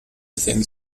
within